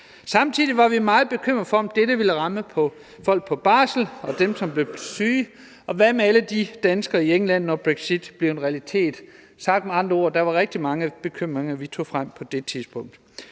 Samtidig var vi meget bekymrede for, om dette ville ramme folk på barsel og dem, som blev syge, og hvad med alle danskere i England, når brexit blev en realitet? Sagt med andre ord: Der var rigtig mange bekymringer, vi tog frem på det tidspunkt.